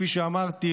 כפי שאמרתי,